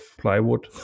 plywood